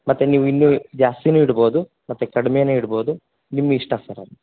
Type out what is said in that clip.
ಮತ್ತು ನೀವು ಇನ್ನೂ ಜಾಸ್ತಿನು ಇಡ್ಬೋದು ಮತ್ತೆ ಕಡ್ಮೆನು ಇಡ್ಬೋದು ನಿಮ್ಮ ಇಷ್ಟ ಸರ್ ಅದು